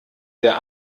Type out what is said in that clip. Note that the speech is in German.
der